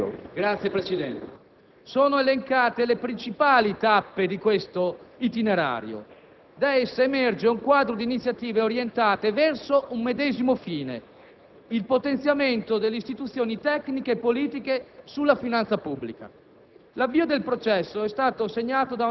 potete quindi leggere con pazienza - sono elencate le principali tappe di questo itinerario. Da esse emerge un quadro di iniziative orientate verso un medesimo fine: il potenziamento delle istituzioni tecniche e politiche sulla finanza pubblica.